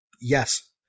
Yes